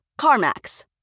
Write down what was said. CarMax